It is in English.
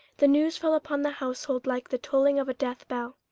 the news fell upon the household like the tolling of a death-bell.